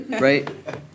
right